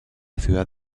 ciudad